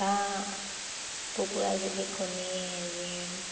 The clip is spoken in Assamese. আধা কুকুৰাই যদি কণী হেৰি